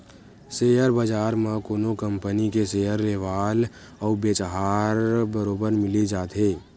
share बजार म कोनो कंपनी के सेयर लेवाल अउ बेचहार बरोबर मिली जाथे